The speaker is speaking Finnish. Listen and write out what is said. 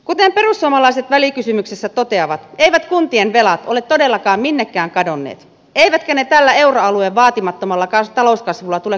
kuten perussuomalaiset välikysymyksessä toteavat eivät kuntien velat ole todellakaan minnekään kadonneet eivätkä ne tällä euroalueen vaatimattomalla talouskasvulla tule katoamaankaan